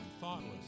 Thoughtless